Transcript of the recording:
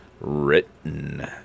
written